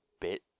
bit